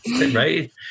Right